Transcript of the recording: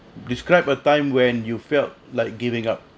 describe a time when you felt like giving up